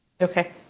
Okay